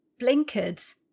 blinkered